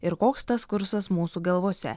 ir koks tas kursas mūsų galvose